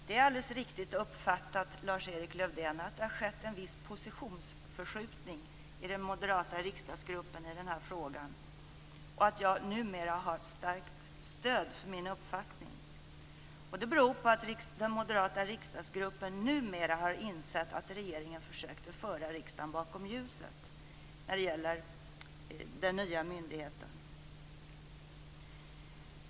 Det är alldeles riktigt uppfattat, Lars-Erik Lövdén, att det har skett en viss positionsförskjutning i den moderata riksdagsgruppen i den här frågan och att jag numera har starkt stöd för min uppfattning. Det beror på att den moderata riksdagsgruppen numera har insett att regeringen försökte föra riksdagen bakom ljuset när det gällde den nya myndigheten.